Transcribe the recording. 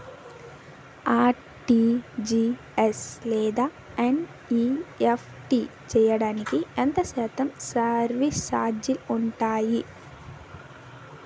RTGS లేదా NEFT చేయడానికి ఎంత శాతం సర్విస్ ఛార్జీలు ఉంటాయి?